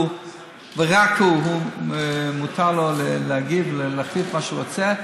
לו מותר להגיב ולהחליט מה שהוא רוצה,